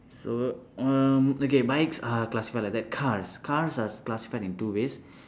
so um okay bikes are classified like that cars cars are classified in two ways